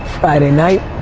friday night.